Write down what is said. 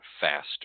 faster